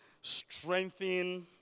Strengthen